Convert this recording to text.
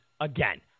again